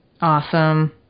Awesome